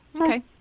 okay